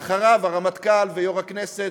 ואחריו הרמטכ"ל, יושב-ראש הכנסת